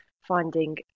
finding